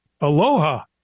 Aloha